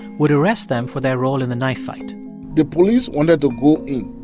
would arrest them for their role in the knife fight the police wanted to go in.